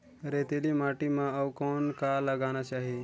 रेतीली माटी म अउ कौन का लगाना चाही?